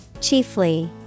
Chiefly